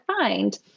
find